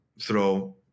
throw